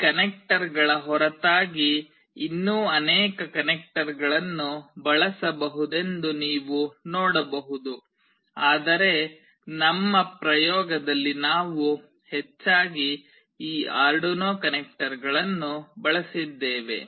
ಈ ಕನೆಕ್ಟರ್ಗಳ ಹೊರತಾಗಿ ಇನ್ನೂ ಅನೇಕ ಕನೆಕ್ಟರ್ಗಳನ್ನು ಬಳಸಬಹುದೆಂದು ನೀವು ನೋಡಬಹುದು ಆದರೆ ನಮ್ಮ ಪ್ರಯೋಗದಲ್ಲಿ ನಾವು ಹೆಚ್ಚಾಗಿ ಈ ಆರ್ಡುನೊ ಕನೆಕ್ಟರ್ಗಳನ್ನು ಬಳಸಿದ್ದೇವೆ